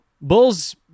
Bulls